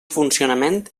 funcionament